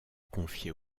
confiée